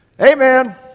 Amen